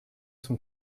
zum